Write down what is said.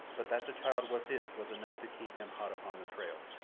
but that the child was his was enough to keep him hot upon the trail.